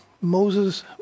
Moses